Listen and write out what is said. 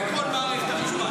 שלא מטפלים בכל מערכת המשפט.